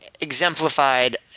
exemplified